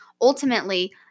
ultimately